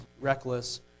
reckless